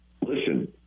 listen